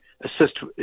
assist